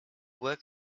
work